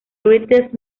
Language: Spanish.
greatest